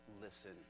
listen